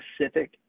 specific